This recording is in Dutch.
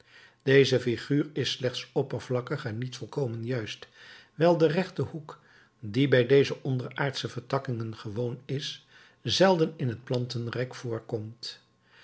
deze figuur is slechts oppervlakkig en niet volkomen juist wijl de rechte hoek die bij deze onderaardsche vertakkingen gewoon is zelden in het plantenrijk voorkomt